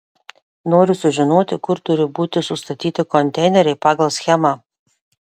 noriu sužinoti kur turi būtų sustatyti konteineriai pagal schemą